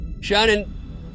Shannon